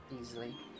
easily